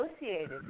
Associated